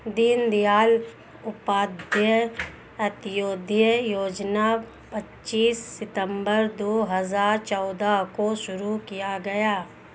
दीन दयाल उपाध्याय अंत्योदय योजना पच्चीस सितम्बर दो हजार चौदह को शुरू किया गया